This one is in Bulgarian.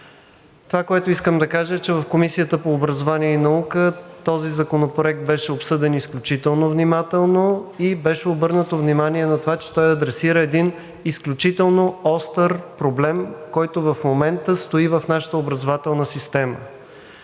Това, което искам да кажа, е, че в Комисията по образованието и науката този законопроект беше обсъден изключително внимателно и беше обърнато внимание на това, че той адресира един изключително остър проблем, който в момента стои в нашата образователна система.